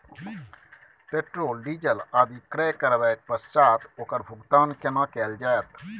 Petrol, diesel आदि क्रय करबैक पश्चात ओकर भुगतान केना कैल जेतै?